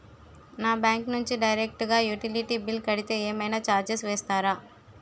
నా బ్యాంక్ నుంచి డైరెక్ట్ గా యుటిలిటీ బిల్ కడితే ఏమైనా చార్జెస్ వేస్తారా?